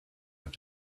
have